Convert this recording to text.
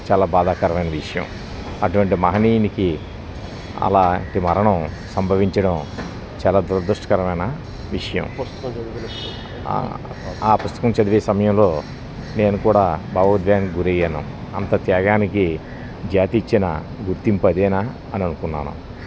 చాలా బాధాకరమైన విషయం అటువంటి మహనీయునికి అలాంటి మరణం సంభవించడం చాలా దురదృష్టకరమైన విషయం ఆ పుస్తకం చదివే సమయంలో నేను కూడా భావోద్వేగానికి గురయ్యాను అంత త్యాగానికి జాతి ఇచ్చిన గుర్తింపు అదేనా అని అనుకున్నాను